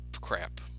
crap